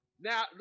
Now